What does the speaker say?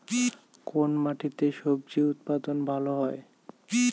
কোন মাটিতে স্বজি উৎপাদন ভালো হয়?